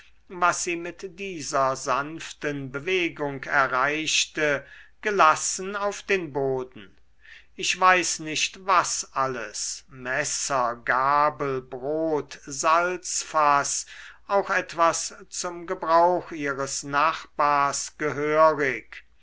was sie mit dieser sanften bewegung erreichte gelassen auf den boden ich weiß nicht was alles messer gabel brot salzfaß auch etwas zum gebrauch ihres nachbars gehörig